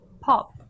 pop